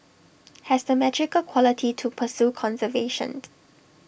has the magical quality to pursue conservation